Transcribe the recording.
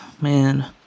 man